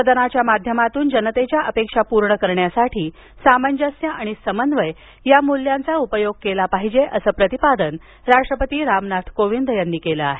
सदनाच्या माध्यमातून जनतेच्या अपेक्षा पूर्ण करण्यासाठी सामंजस्य आणि समन्वय या मूल्यांचा उपयोग केला पाहिजे असं प्रतिपादन राष्ट्रपती रामनाथ कोविंद यांनी केलं आहे